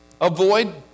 Avoid